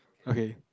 okay